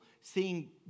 seeing